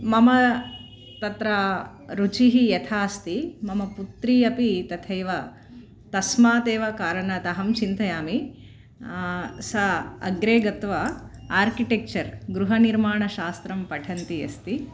मम तत्र रुचिः यथा अस्ति मम पुत्री अपि तथैव तस्मात् एव कारणात् अहं चिन्तयामि सा अग्रे गत्वा आर्किटेक्चर् गृहनिर्माणशास्त्रं पठन्ति अस्ति